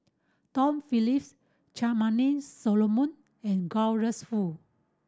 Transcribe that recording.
Tom Phillips Charmaine Solomon and Douglas Foo